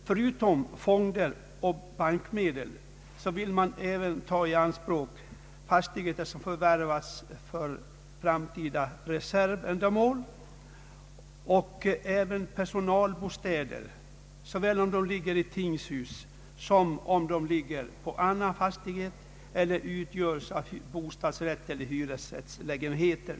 Förutom fonder och bankmedel vill man även ta i anspråk fastigheter, som förvärvats för framtida reservändamål och även personalbostäder, såväl då de ligger i tingshus som i andra fastigheter eller utgörs av bostadsrättseller hyresrättslägenheter.